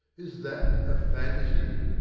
is that a fantaisie?